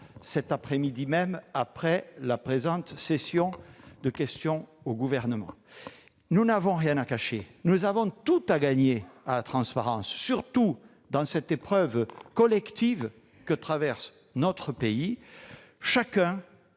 -cette après-midi même, après la présente session de questions d'actualité au Gouvernement. Nous n'avons rien à cacher et nous avons même tout à gagner à la transparence, surtout dans l'épreuve collective que traverse notre pays. À